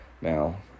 Now